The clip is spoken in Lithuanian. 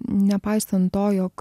nepaisant to jog